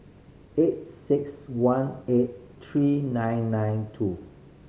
eight six one eight three nine nine two